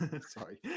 Sorry